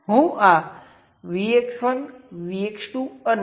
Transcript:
તેથી આ બે પોર્ટ માટે પેસિવ સાઇન કન્વેન્શન જેવું છે